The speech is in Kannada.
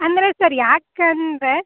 ಅಂದರೆ ಸರ್ ಯಾಕೆ ಅಂದರೆ